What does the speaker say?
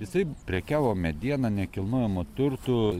jisai prekiavo mediena nekilnojamu turtu